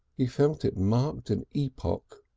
he felt it marked an epoch.